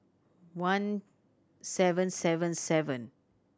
one seven seven seven